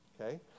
Okay